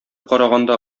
караганда